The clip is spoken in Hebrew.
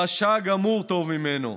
רשע גמור טוב ממנו,